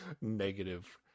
negative